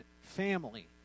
family